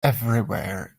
everywhere